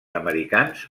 americans